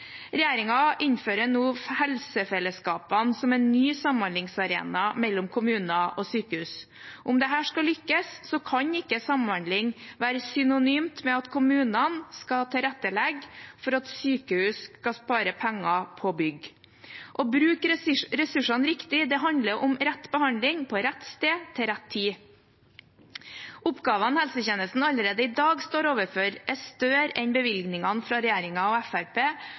innfører nå helsefellesskapene som en ny samhandlingsarena mellom kommuner og sykehus. Om dette skal lykkes, kan ikke samhandling være synonymt med at kommunene skal tilrettelegge for at sykehus skal spare penger på bygg. Å bruke ressursene riktig handler om rett behandling på rett sted til rett tid. Oppgavene helsetjenesten allerede i dag står overfor, er større enn bevilgningene fra regjeringen og